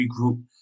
regroup